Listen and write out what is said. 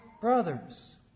brothers